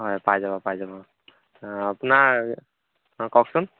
হয় পাই যাব পাই যাব আপোনাৰ অঁ কওকচোন